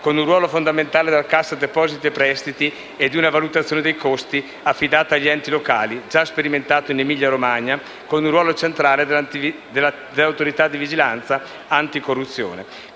con un ruolo fondamentale della Cassa depositi e prestiti e una valutazione dei costi affidata agli enti locali, già sperimentata in Emilia Romagna, e con un ruolo centrale dell'Autorità di vigilanza anticorruzione.